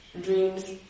dreams